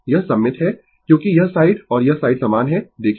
यह सममित है क्योंकि यह साइड और यह साइड समान है देखें